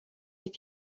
est